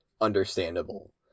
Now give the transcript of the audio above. understandable